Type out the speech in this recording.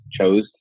chose